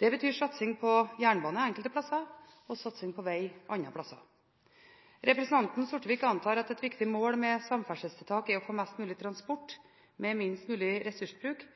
Det betyr satsing på jernbane enkelte plasser, og satsing på veg andre plasser. Representanten Sortevik «antar at et viktig mål med samferdselstiltak er å få mest mulig transport med minst mulig ressursbruk».